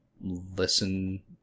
listen